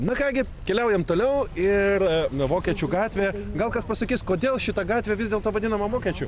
na ką gi keliaujam toliau ir na vokiečių gatvė gal kas pasakys kodėl šita gatvė vis dėlto vadinama vokiečių